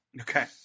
Okay